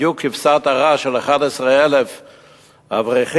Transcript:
בדיוק כבשת הרש של 11,000 אברכים,